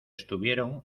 estuvieron